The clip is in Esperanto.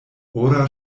ora